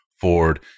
Ford